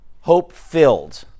Hope-filled